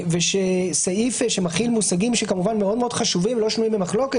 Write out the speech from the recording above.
ושסעיף שמתחיל במושגים מאוד חשובים ולא שנויים במחלוקת